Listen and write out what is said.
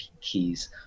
keys